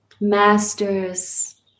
masters